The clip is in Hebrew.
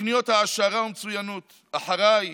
תוכניות העשרה ומצוינות: "אחריי"